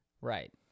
Right